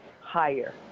higher